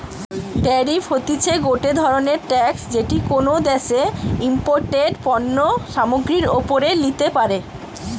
tariff হতিছে গটে ধরণের ট্যাক্স যেটি কোনো দ্যাশে ইমপোর্টেড পণ্য সামগ্রীর ওপরে লিতে পারে